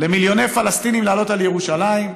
למיליוני פלסטינים לעלות אל ירושלים,